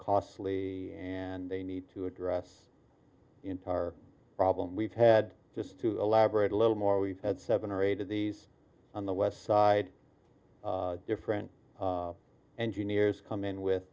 costly and they need to address the entire problem we've had just to elaborate a little more we've had seven or eight of these on the west side different engineers come in with